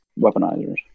weaponizers